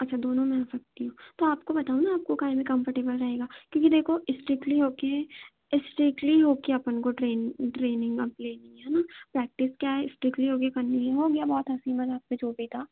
अच्छा दोनों में आ सकती हो तो आपको बताओ न आपको काहे में कंफरटेबल रहेगा क्योंकि देखो स्ट्रिक्टली होके स्ट्रिक्टली होके अपन को ट्रेनिंग ट्रेनिंग लेनी है है न प्रैक्टिस क्या है स्ट्रिक्टली होके करनी है हो गया बहुत हँसी मजाक में जो भी था